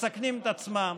מסכנים את עצמם,